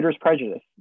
prejudice